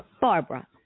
Barbara